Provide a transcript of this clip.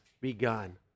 begun